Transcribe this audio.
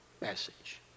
message